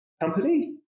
company